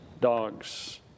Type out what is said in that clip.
dogs